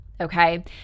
okay